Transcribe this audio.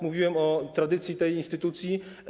Mówiłem o tradycji tej instytucji.